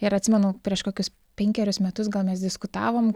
ir atsimenu prieš kokius penkerius metus gal mes diskutavom